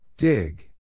Dig